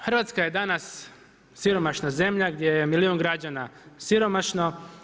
Hrvatska je danas siromašna zemlja gdje je milijun građana siromašno.